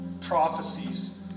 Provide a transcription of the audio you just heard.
prophecies